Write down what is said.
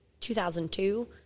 2002